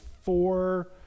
four